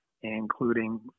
including